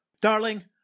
Darling